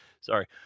Sorry